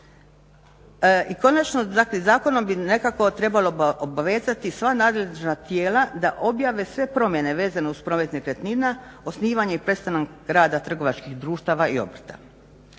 I konačno dakle zakonom bi nekako trebalo obavezati sva nadležna tijela da objave sve promjene vezane uz promet nekretnina, osnivanje i prestanak rada trgovačkih društava i obrta.